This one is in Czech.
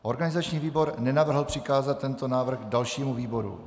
Organizační výbor nenavrhl přikázat tento návrh dalšímu výboru.